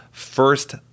First